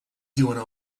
doing